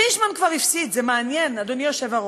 פישמן כבר הפסיד, זה מעניין, אדוני היושב-ראש,